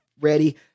ready